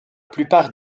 plupart